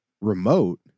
remote